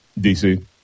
dc